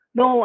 no